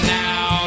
now